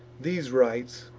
these rites,